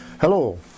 Hello